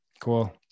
Cool